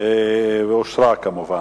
ואושרה כמובן.